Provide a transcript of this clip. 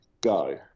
go